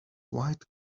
wide